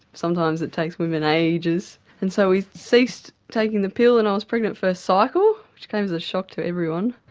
sometimes it takes women ages and so we ceased taking the pill and i was pregnant first cycle, which came as a shock to everyone,